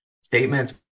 statements